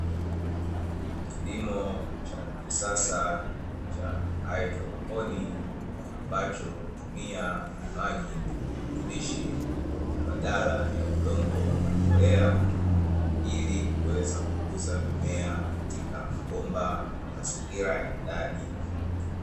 Kilimo cha kisasa cha haidroponi ambacho hutumia maji na virutubishi badala ya udongo na mbolea ili kuweza kukuza mimea katika mabomba na mazingira ya ndani.